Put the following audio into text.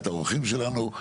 את האורחים שלנו.